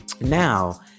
Now